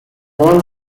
one